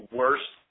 worst